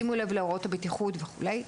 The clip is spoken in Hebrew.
שימו לב להוראות הבטיחות וכולי.